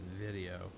video